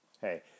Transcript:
hey